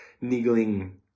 niggling